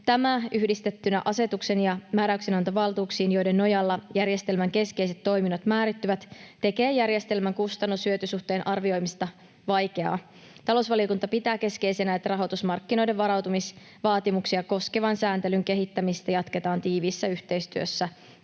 Tämä yhdistettynä asetuksen‑ ja määräyksenantovaltuuksiin, joiden nojalla järjestelmän keskeiset toiminnot määrittyvät, tekee järjestelmän kustannus—hyöty-suhteen arvioimisesta vaikeaa. Talousvaliokunta pitää keskeisenä, että rahoitusmarkkinoiden varautumisvaatimuksia koskevan sääntelyn kehittämistä jatketaan tiiviissä yhteistyössä